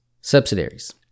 subsidiaries